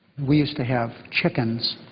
we used to have chickens,